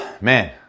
man